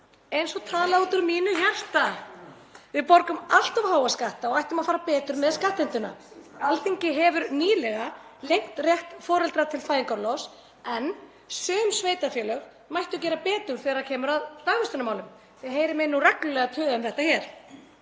Eins og talað út úr mínu hjarta. Við borgum allt of háa skatta og ættum að fara betur með skattheimtuna. Alþingi hefur nýlega lengt rétt foreldra til fæðingarorlofs. En sum sveitarfélög mættu gera betur þegar kemur að dagvistunarmálum, þið heyrið mig nú reglulega tuða um það hér.